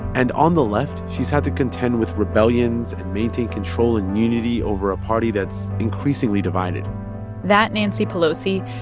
and on the left, she's had to contend with rebellions and maintain control and unity over a party that's increasingly divided that nancy pelosi,